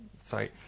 Sorry